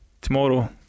tomorrow